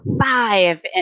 five